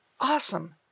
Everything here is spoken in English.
awesome